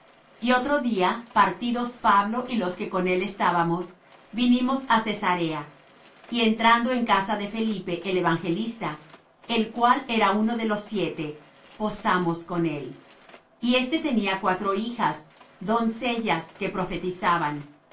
y otro día partidos pablo y los que con él estábamos vinimos á cesarea y entrando en casa de felipe el evangelista él cual era uno de los siete posamos con él y éste tenía cuatro hijas doncellas que profetizaban